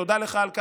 תודה לך על כך,